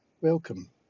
Welcome